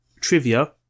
trivia